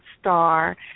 star